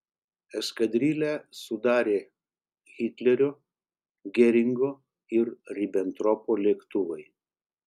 eskadrilę sudarė hitlerio geringo ir ribentropo lėktuvai